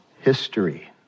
history